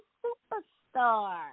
superstar